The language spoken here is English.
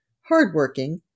hard-working